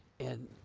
and,